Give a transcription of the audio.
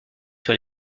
sur